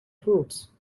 fruits